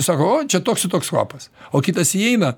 sako o čia toks ir toks kvapas o kitas įeina